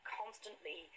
constantly